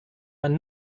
man